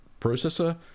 processor